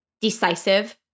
decisive